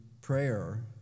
prayer